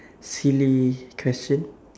silly question